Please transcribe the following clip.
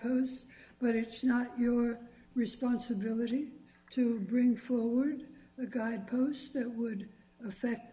poems but it's not your responsibility to bring forward the guidepost that would affect